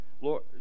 Lord